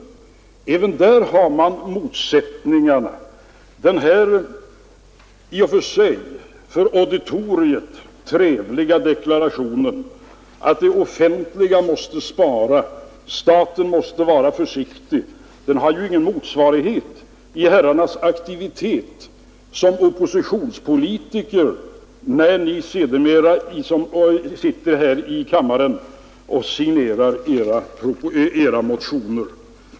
Även där har man en motsättning. Men den här, för auditoriet i och för sig trevliga deklarationen att det offentliga måste spara och att staten måste vara försiktig har ingen motsvarighet i herrarnas aktivitet som oppositionspolitiker, när ni signerar era motioner.